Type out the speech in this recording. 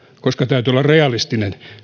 koska kustannusarvioissa täytyy olla realistinen